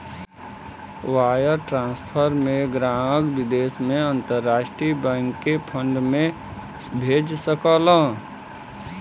wire transfer में ग्राहक विदेश में अंतरराष्ट्रीय बैंक के फंड भेज सकलन